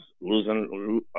losing